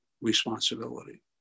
responsibility